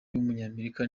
w’umunyamerika